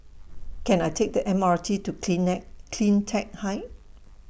Can I Take The M R T to CleanTech Height